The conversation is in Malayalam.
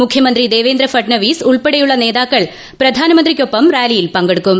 മുഖ്യമന്ത്രി ദേവേന്ദ്ര ഫട്നാവിസ് ഉൾപ്പെടെയുള്ള നേത്രാക്കൾ പ്രധാനമന്ത്രിയ്ക്ക് ഒപ്പം റാലിയിൽ പങ്കെടുക്കും